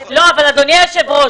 אדוני היושב-ראש,